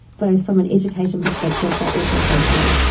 both from an education perspective but also socially.